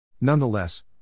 Nonetheless